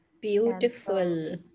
beautiful